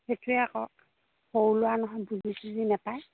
সেইটোৱে আকৌ সৰু ল'ৰা নহয় বুজি চুজি নাপায়